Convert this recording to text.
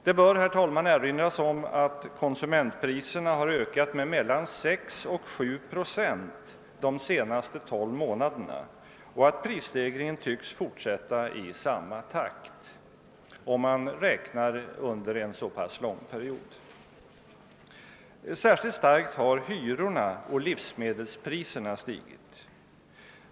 Det bör erinras om att konsumentpriserna har ökat med mellan sex och sju procent de senaste tolv månaderna och att prisstegringen tycks fortsätta i samma takt, om man räknar under en så pass lång period. Särskilt starkt har hyrorna och livsmedelspriserna stigit.